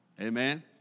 Amen